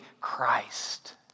Christ